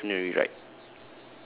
alright definitely right